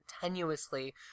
tenuously